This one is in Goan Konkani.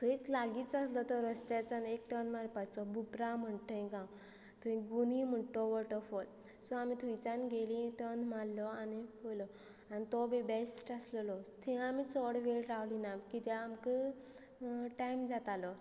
थंयच लागींच आसलो तो रस्त्याच्यान एक टर्न मारपाचो बुपरा म्हण तो गांव थंय गुनी म्हणटो वॉटरफॉल सो आमी थंयच्यान गेली टर्न मारलो आनी पयलो आनी तो बी बेस्ट आसलो थंय आमी चड वेळ रावली ना कित्याक आमकां टायम जातालो